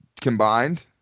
Combined